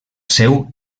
seu